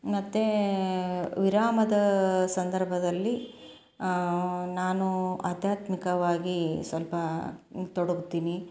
ಮತ್ತು ವಿರಾಮದ ಸಂದರ್ಭದಲ್ಲಿ ನಾನು ಆಧ್ಯಾತ್ಮಿಕವಾಗಿ ಸ್ವಲ್ಪ ತೊಡಗ್ತೀನಿ